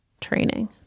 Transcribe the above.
training